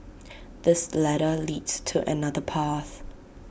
this ladder leads to another path